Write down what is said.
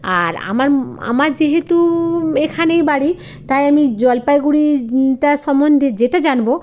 আর আমার আমার যেহেতু এখানেই বাড়ি তাই আমি জলপাইগুড়িটা সম্বন্ধে যেটা জানব